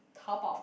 Taobao